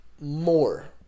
more